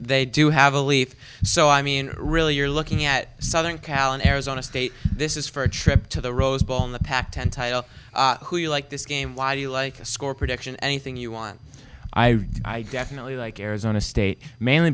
they do have a leaf so i mean really you're looking at southern cal in arizona state this is for a trip to the rose bowl in the pac ten title who you like this game why do you like score prediction anything you want i definitely like arizona state mainly